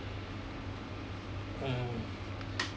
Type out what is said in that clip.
mm